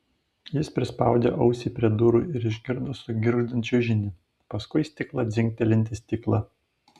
jis prispaudė ausį prie durų ir išgirdo sugirgždant čiužinį paskui stiklą dzingtelint į stiklą